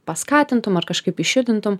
paskatintum ar kažkaip išjudintum